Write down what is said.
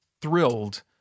thrilled